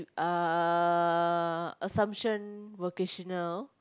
uh assumption vocational